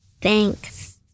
Thanks